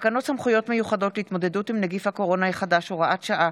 תקנות סמכויות מיוחדות להתמודדות עם נגיף הקורונה החדש (הוראת שעה)